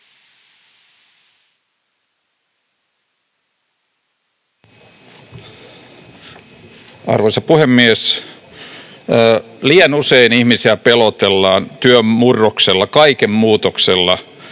Arvoisa puhemies! Liian usein ihmisiä pelotellaan työn murroksella, kaiken muutoksella: